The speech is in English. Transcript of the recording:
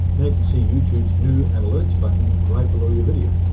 now, you can see youtube's new analytics button right below your video.